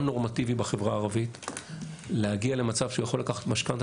נורמטיבי בחברה הערבית להגיע למצב שהוא יכול לקחת משכנתה,